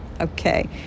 okay